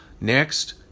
Next